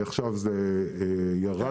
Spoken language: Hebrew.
עכשיו זה ירד טיפה.